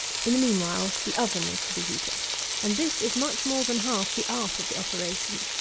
in the mean while the oven is to be heated and this is much more than half the art of the operation.